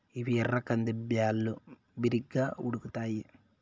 ఇవి ఎర్ర కంది బ్యాళ్ళు, బిరిగ్గా ఉడుకుతాయి